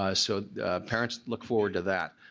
ah so parents look forward to that.